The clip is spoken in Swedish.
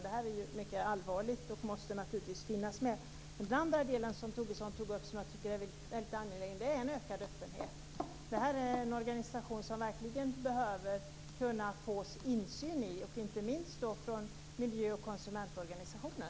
Detta är mycket allvarligt och måste naturligtvis finnas med. En annan sak som Lars Tobisson tog upp och som jag tycker är väldigt angelägen är att få en ökad öppenhet. Det gäller en organisation som vi verkligen behöver få insyn i, inte minst från miljö och konsumentorganisationer.